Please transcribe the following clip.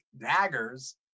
daggers